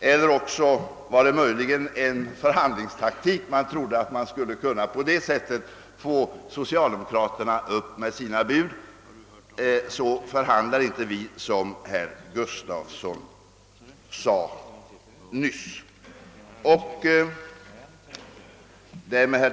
eller också rörde det sig om förhandlingstaktik. Man trodde kanske att man på det sättet skulle få socialdemokraterna att höja sitt bud. Men så förhandlar inte vi, vilket också herr Gustafsson i Uddevalla nyss framhöll. Herr talman!